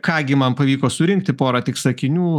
ką gi man pavyko surinkti porą tik sakinių